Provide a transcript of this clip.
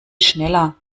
schneller